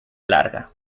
larga